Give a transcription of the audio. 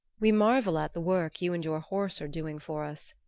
we marvel at the work you and your horse are doing for us,